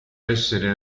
essere